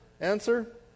Answer